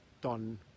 done